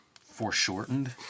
foreshortened